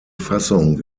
fassung